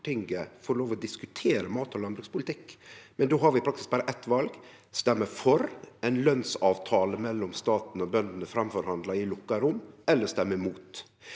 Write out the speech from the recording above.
til å diskutere mat- og landbrukspolitikk. Då har vi i praksis berre eit val: anten stemme for ein lønsavtale mellom staten og bøndene framforhandla i lukka rom, eller stemme imot.